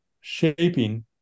shaping